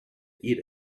eat